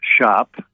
shop